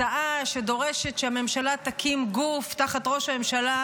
הצעה שדורשת שהממשלה תקים גוף תחת ראש הממשלה,